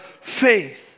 faith